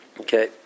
Okay